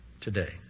today